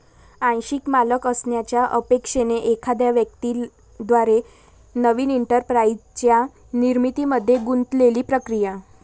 आंशिक मालक असण्याच्या अपेक्षेने एखाद्या व्यक्ती द्वारे नवीन एंटरप्राइझच्या निर्मितीमध्ये गुंतलेली प्रक्रिया